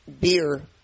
beer